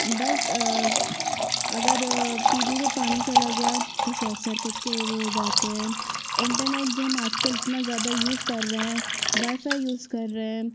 बस अगर T V में पानी चला गया तो सॉर्ट सर्किट के वो हो जाते हैं इंटरनेट जो हम आजकल उतना ज़्यादा यूज़ कर रहे हैं वाई फाई यूज़ कर रहे हैं